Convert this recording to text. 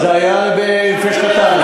זה היה לפני שנתיים.